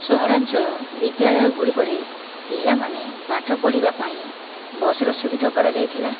ସହରାଞ୍ଚଳ ବିଦ୍ୟାଳୟ ଗୁଡ଼ିକରେ ପିଲାମାନେ ପାଠ ପଢ଼ିବା ପାଇଁ ବସ୍ର ସୁବିଧା କରାଯାଇଥିଲା